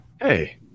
Hey